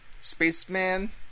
spaceman